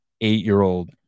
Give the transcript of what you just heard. eight-year-old